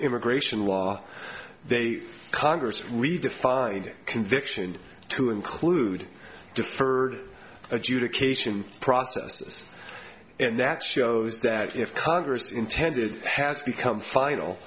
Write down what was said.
immigration law they congress redefined conviction to include deferred adjudication process and that shows that if congress intended has become final